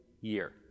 year